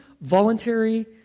voluntary